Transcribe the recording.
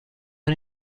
era